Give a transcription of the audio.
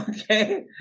okay